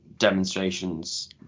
demonstrations